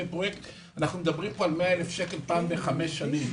אנחנו מדברים פה על 100,000 שקל פעם בחמש שנים,